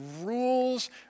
rules